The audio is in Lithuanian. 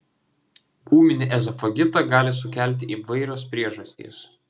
ūminį ezofagitą gali sukelti įvairios priežastys